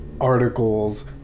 articles